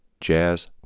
jazz